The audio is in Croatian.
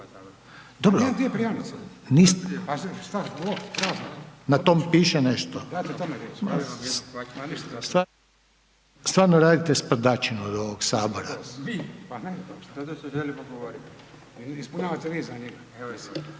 Na tom piše nešto? Stvarno radite sprdačinu od ovog sabora.